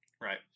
Right